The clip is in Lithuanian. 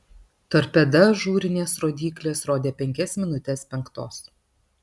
torpeda ažūrinės rodyklės rodė penkias minutes penktos